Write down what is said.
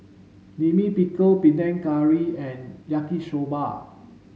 Lime Pickle Panang Curry and Yaki soba